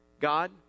God